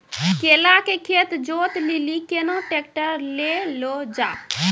केला के खेत जोत लिली केना ट्रैक्टर ले लो जा?